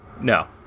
No